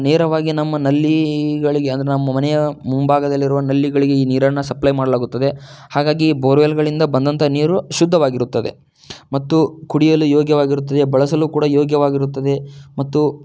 ನೇರವಾಗಿ ನಮ್ಮ ನಲ್ಲಿಗಳಿಗೆ ಅಂದರೆ ನಮ್ಮ ಮನೆಯ ಮುಂಭಾಗದಲ್ಲಿರುವ ನಲ್ಲಿಗಳಿಗೆ ಈ ನೀರನ್ನು ಸಪ್ಲೈ ಮಾಡಲಾಗುತ್ತದೆ ಹಾಗಾಗಿ ಬೋರ್ವೆಲ್ಗಳಿಂದ ಬಂದಂಥ ನೀರು ಶುದ್ದವಾಗಿರುತ್ತದೆ ಮತ್ತು ಕುಡಿಯಲು ಯೋಗ್ಯವಾಗಿರುತ್ತದೆ ಬಳಸಲು ಕೂಡ ಯೋಗ್ಯವಾಗಿರುತ್ತದೆ ಮತ್ತು